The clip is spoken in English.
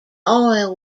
oil